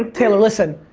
taylor, listen.